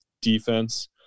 defense